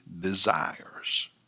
desires